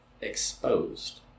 exposed